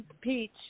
Peach